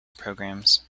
programmes